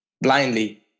Blindly